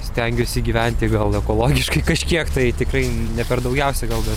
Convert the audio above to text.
stengiuosi gyventi gal ekologiškai kažkiek tai tikrai ne per daugiausiai gal bet